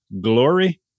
glory